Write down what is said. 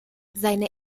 seine